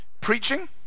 preaching